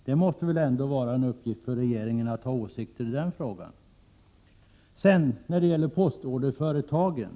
Det måste ändå vara en uppgift för regeringen att ha åsikter i den frågan. Så några ord om postorderföretagen.